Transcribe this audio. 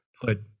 put